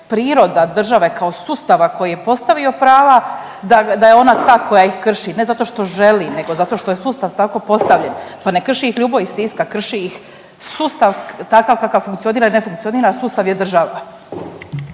priroda države kao sustava koji je postavio prava da, da je ona ta koja ih krši ne zato što želi, nego zato što je sustav tako postavljen. Pa ne krši ih Ljubo iz Siska, krši ih sustav takav kakav funkcionira jer ne funkcionira sustav je država.